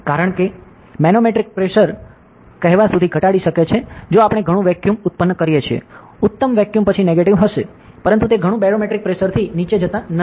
કારણ કે manometric pressure કહેવા સુધી ઘટાડી શકે છે જો આપણે ઘણું વેક્યુમ ઉત્પન્ન કરીએ છીએ ઉત્તમ વેક્યુમ પછી નેગેટીવ હશે પરંતુ તે ઘણું બેરોમેટ્રિક પ્રેશરથી નીચે જતા નથી